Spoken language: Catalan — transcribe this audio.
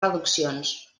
reduccions